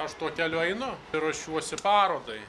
aš tuo keliu einu ir ruošiuosi parodai